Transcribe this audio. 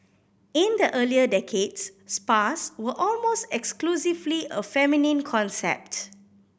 in the earlier decades spas were almost exclusively a feminine concept